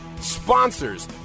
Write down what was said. sponsors